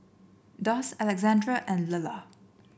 Doss Alexandre and Lulla